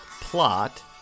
plot